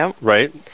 right